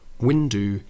window